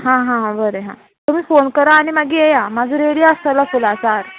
हां हां बरें हां तुमी फोन करा आनी मागीर येया म्हाजो रेडी आसतलो फुलांचो हार